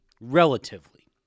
relatively